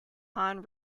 han